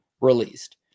released